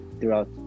throughout